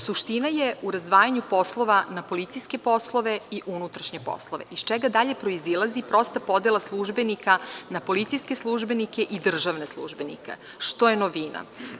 Suština je u razdvajanju poslova na policijske i unutrašnje poslove, iz čega dalje proizilazi prosta podela službenika na policijske službenike i državne službenike, što je novina.